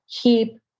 keep